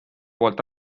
poolt